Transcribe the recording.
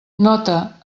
nota